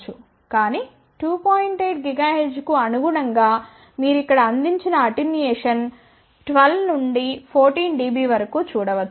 8 GHz కు అనుగుణంగా మీరు ఇక్కడ అందించిన అటెన్యుయేషన్ 12 నుండి 14 dB వరకు చూడవచ్చు